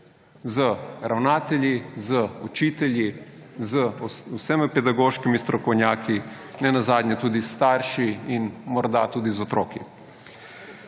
z ravnatelji, z učitelji, z vsemi pedagoškimi strokovnjaki, nenazadnje tudi s starši in morda tudi z otroki.